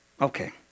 Okay